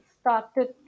started